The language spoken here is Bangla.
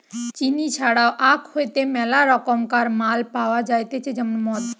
চিনি ছাড়াও আখ হইতে মেলা রকমকার মাল পাওয়া যাইতেছে যেমন মদ